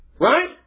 right